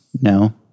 No